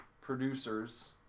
producers